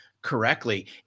correctly